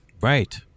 Right